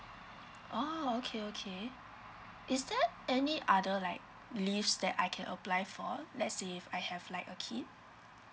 oh okay okay is there any other like leaves that I can apply for let's say if I have like a kid